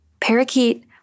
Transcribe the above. Parakeet